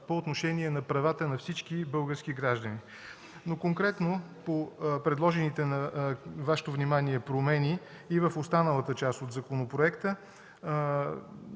по отношение на правата на всички български граждани. Конкретно по предложените на Вашето внимание промени и в останалата част от законопроекта.